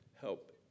help